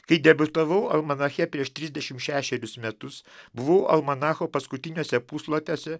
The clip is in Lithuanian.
kai debiutavau almanache prieš trisdešimt šešerius metus buvau almanacho paskutiniuose puslapiuose